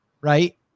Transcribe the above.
Right